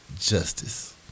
Justice